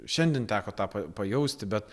šiandien teko tą pa pajausti bet